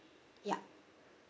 ya